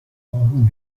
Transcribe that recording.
اروم